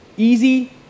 Easy